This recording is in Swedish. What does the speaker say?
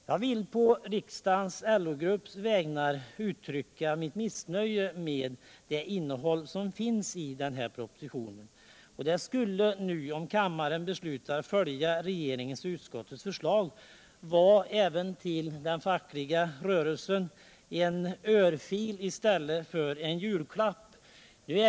Jag vill på riksdagens LO-grupps vägnar uttrycka mitt missnöje med innehållet i propositionen. Om kammaren beslutar att följa regeringens och utskottets förslag skulle det innebära en örfil i stället för en julklapp till den fackliga rörelsen.